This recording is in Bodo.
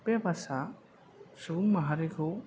बे बासआ सुबुं माहारिखौ